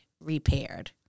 repaired